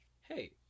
hey